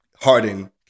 Harden